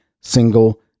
single